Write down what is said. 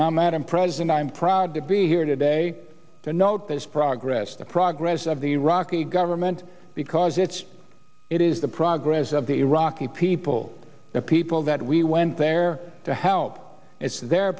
madam president i'm proud to be here today to note this progress the progress of the iraqi government because it's it is the progress of the iraqi people the people that we went there to help it's their